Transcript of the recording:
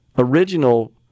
Original